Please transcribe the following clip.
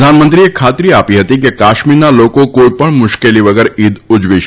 પ્રધાનમંત્રીએ ખાત્રી આપી હતી કે કાશ્મીરના લોકો કોઈપણ મુશ્કેલી વગર ઇદ ઉજવી શકશે